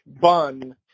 Bun